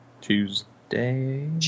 Tuesday